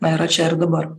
na yra čia ir dabar